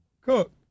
cook